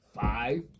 five